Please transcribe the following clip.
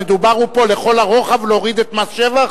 באמת המדובר הוא פה לכל הרוחב להוריד את מס שבח?